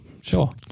sure